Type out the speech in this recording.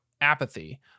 apathy